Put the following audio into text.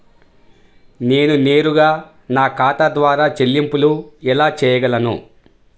నేను నేరుగా నా ఖాతా ద్వారా చెల్లింపులు ఎలా చేయగలను?